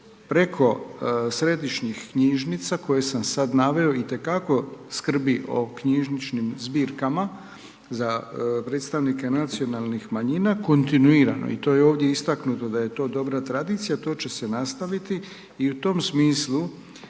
preko središnjih knjižnica koje sam sad naveo itekako skrbi o knjižničnim zbirkama za predstavnike nacionalnih manjina, kontinuirano i to je ovdje istaknuto da je to dobra tradicija, to će se nastaviti. I u tom smislu